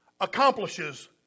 accomplishes